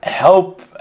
help